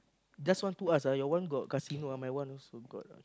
just want to ask ah your one got casino ah my one also got ah